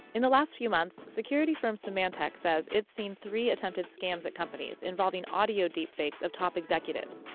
in the last few months, security firm symantec says it's seen three attempted scams at companies involving audio deepfakes of top executives.